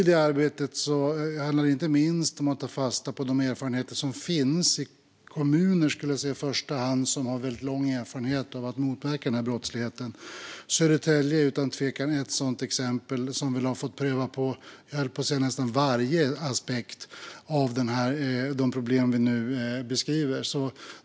Detta arbete handlar inte minst om att ta fasta på de erfarenheter som finns i kommuner som har väldigt lång erfarenhet av att motverka denna brottslighet. Södertälje är utan tvekan ett sådant exempel - den kommunen har väl fått pröva på nästan varje aspekt av de problem som vi nu beskriver.